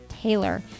Taylor